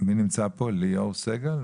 בוקר טוב, שמי אלי דורי,